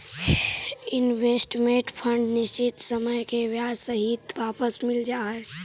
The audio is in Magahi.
इन्वेस्टमेंट फंड निश्चित समय में ब्याज सहित वापस मिल जा हई